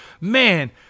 man